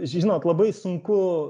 žinot labai sunku